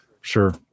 sure